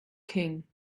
king